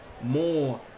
more